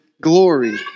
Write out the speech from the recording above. glory